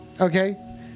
Okay